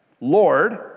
Lord